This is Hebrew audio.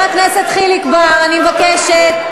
חברים חברים, חבר הכנסת חיליק בר, אני מבקשת.